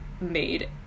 made